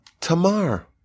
Tamar